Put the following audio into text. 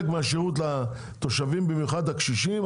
זה חלק מהשירות לתושבים, במיוחד לקשישים.